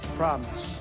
promise